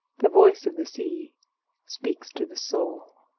the voice of the sea speaks to the soul.